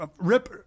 rip